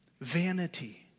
Vanity